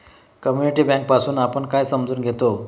Community bank पासुन आपण काय समजून घेतो?